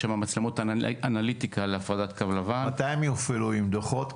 יש שם מצלמות אנליטיקה להפרדת קו לבן --- מתי הן יופעלו עם דוחות?